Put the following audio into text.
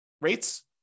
rates